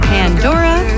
Pandora